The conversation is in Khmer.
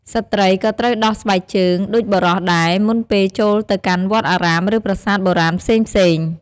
ស្ត្រីក៏ត្រូវដោះស្បែកជើងដូចបុរសដែរមុនពេលចូលទៅកាន់វត្តអារាមឬប្រសាទបុរាណផ្សេងៗ។